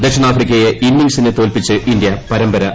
ദക്ഷിണാഫ്രിക്കയെ ഇന്നിംഗ്സിന് തോൽപ്പിച്ച് ഇന്ത്യ പരമ്പര നേടി